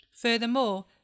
Furthermore